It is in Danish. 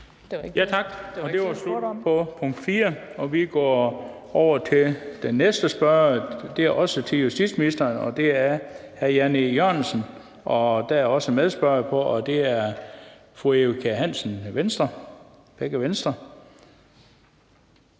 Tak. Det var slut på spørgsmål 4. Vi går over til det næste spørgsmål, og det er også til justitsministeren, og det er af hr. Jan E. Jørgensen, Venstre. Der er medspørger på, og det er fru Eva Kjer Hansen, også